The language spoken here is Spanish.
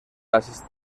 las